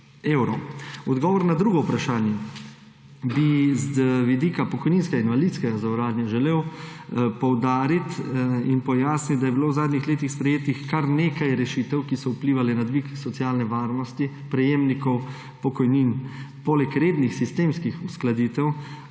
Odgovor na drugo vprašanje bi z vidika pokojninskega in invalidskega zavarovanja želel poudariti in pojasniti, da je bilo v zadnjih letih sprejetih kar nekaj rešitev, ki so vplivale na dvig socialne varnosti prejemnikov pokojnin. Poleg rednih sistemskih uskladitev